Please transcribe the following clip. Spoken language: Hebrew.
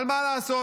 אבל מה לעשות,